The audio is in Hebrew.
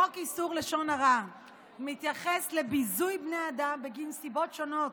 חוק איסור לשון הרע מתייחס לביזוי בני אדם בגין סיבות שונות.